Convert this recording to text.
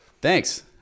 Thanks